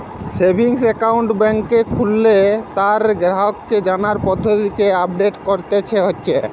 savings account বেংকে খুললে তার গ্রাহককে জানার পদ্ধতিকে আপডেট কোরতে হচ্ছে